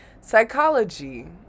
Psychology